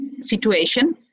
situation